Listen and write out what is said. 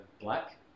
black